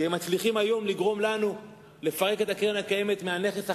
כי הם מצליחים היום לגרום לנו לפרק את קרן קיימת מהנכס החשוב,